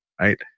right